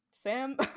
Sam